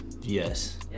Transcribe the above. Yes